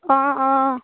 অঁ অঁ